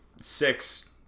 six